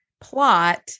plot